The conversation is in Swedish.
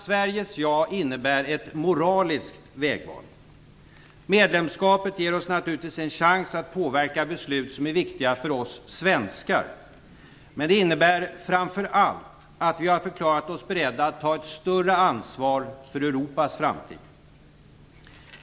Sveriges ja innebär ett moraliskt vägval. Medlemskapet ger oss naturligtvis en chans att påverka beslut som är viktiga för oss svenskar. Men det innebär framför allt att vi har förklarat oss beredda att ta ett större ansvar för Europas framtid.